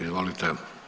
Izvolite.